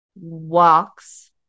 walks